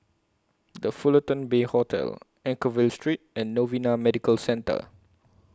The Fullerton Bay Hotel Anchorvale Street and Novena Medical Centre